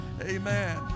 Amen